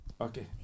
Okay